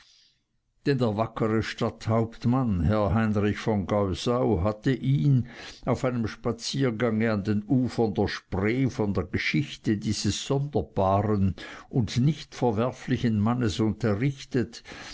der wackere stadthauptmann herr heinrich von geusau hatte ihn auf einem spaziergange an den ufern der spree von der geschichte dieses sonderbaren und nicht verwerflichen mannes unterrichtet